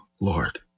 lord